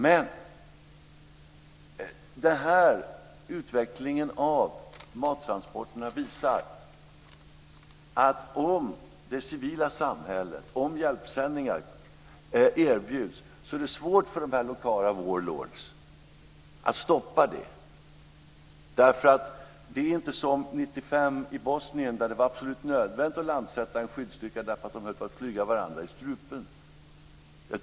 Men utvecklingen av mattransporterna visar att om det civila samhället erbjuder hjälpsändningar är det svårt för dessa lokala war lords att stoppa det. Det är inte som det var 1995 i Bosnien då det var absolut nödvändigt att landsätta en skyddsstyrka därför att de höll på att flyga varandra i strupen.